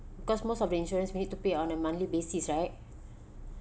because most of the insurance we need to pay on a monthly basis right